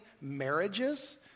marriages